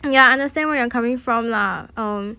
ya understand where you're coming from lah um